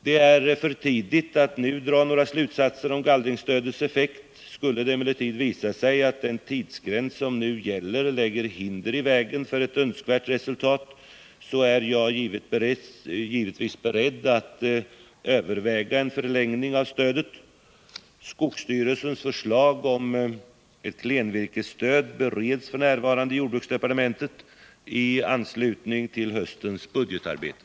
Det är för tidigt att nu dra några slutsatser om gallringsstödets effekt. Skulle det emellertid visa sig att den tidsgräns som nu gäller lägger hinder i vägen för ett önskvärt resultat, är jag givetvis beredd att överväga en förlängning av stödet. Skogsstyrelsens förslag om ett klenvirkesstöd bereds f. n. i jordbruksdepartementet i anslutning till höstens budgetarbete.